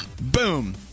Boom